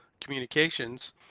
communications